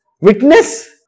witness